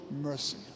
mercy